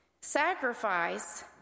Sacrifice